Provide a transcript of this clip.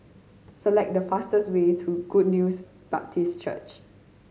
select the fastest way to Good News Baptist Church